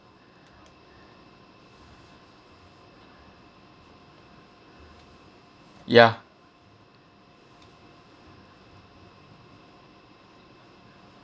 ya